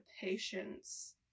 patience